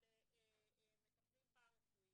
של מטפלים פרא- רפואיים,